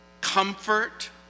comfort